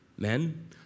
Men